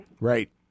Right